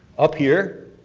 up here,